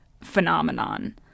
phenomenon